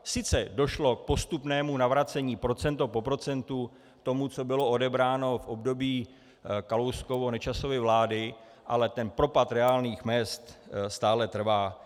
Sice došlo k postupnému navracení procento po procentu k tomu, co bylo odebráno v období KalouskovyNečasovy vlády, ale ten propad reálných mezd stále trvá.